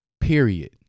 period